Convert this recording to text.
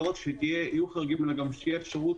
לא רק שיהיו חריגים אלא שתהיה אפשרות